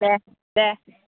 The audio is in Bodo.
दे दे